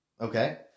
Okay